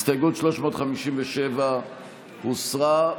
הסתייגות 357 הוסרה.